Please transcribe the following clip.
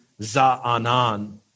Za'anan